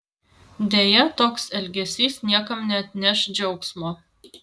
deja toks elgesys niekam neatneš džiaugsmo